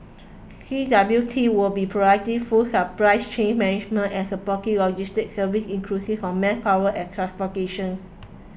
C W T will be providing full supplies chain management and supporting logistic services inclusive of manpower and transportation